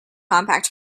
compact